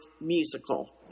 musical